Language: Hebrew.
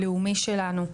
לאומי שלנו,